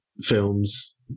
films